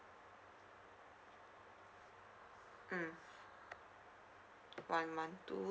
mm one one two